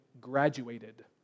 graduated